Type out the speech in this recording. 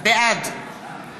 בעד